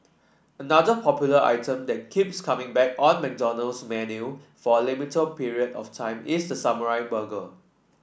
another popular item that keeps coming back on McDonald's menu for a limited period of time is the samurai burger